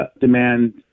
demand